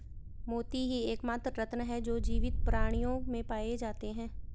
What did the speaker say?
मोती ही एकमात्र रत्न है जो जीवित प्राणियों में पाए जाते है